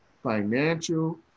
financial